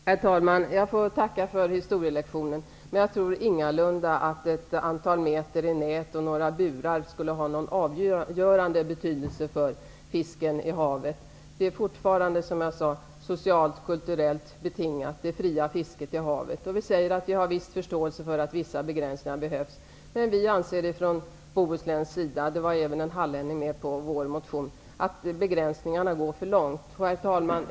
Herr talman! Jag får tacka för historielektionen, men jag tror ingalunda att ett antal meter i nät och några burar skulle ha någon avgörande betydelse för fisken i havet. Det fria fisket i havet är fortfarande socialt och kulturellt betingat. Vi har viss förståelse för att en del begränsningar behövs. Men vi från Bohuslän, och även en hallänning som var med på vår motion, anser att begränsningarna går för långt. Herr talman!